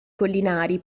collinari